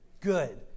Good